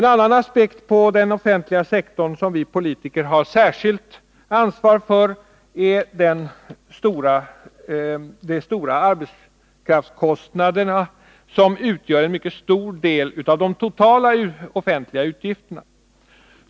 En annan aspekt på den offentliga sektorn som vi politiker har särskilt ansvar för är de stora arbetskraftskostnaderna, som utgör en mycket stor del av de totala offentliga utgifterna.